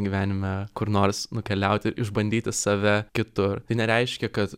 gyvenime kur nors nukeliauti išbandyti save kitur tai nereiškia kad